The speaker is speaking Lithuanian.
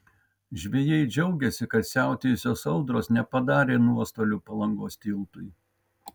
žvejai džiaugėsi kad siautėjusios audros nepadarė nuostolių palangos tiltui